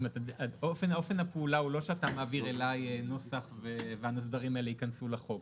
אופן הפעולה הוא לא שאתה מעביר אלי נוסח והדברים האלה ייכנסו לחוק,